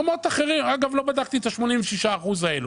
אגב, לא בדקתי את ה-86% האלה.